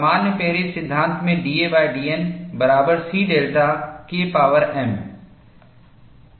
सामान्य पेरिस सिद्धांत में dadN बराबर C delta K power m